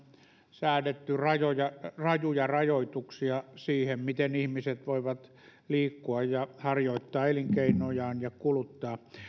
säädetty rajuja rajoituksia siihen miten ihmiset voivat liikkua ja harjoittaa elinkeinojaan ja kuluttaa